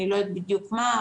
אני לא יודעת בדיוק מה.